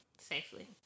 safely